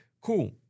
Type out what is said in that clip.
Cool